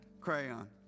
crayon